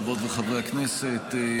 חברות וחברי הכנסת,